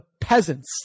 peasants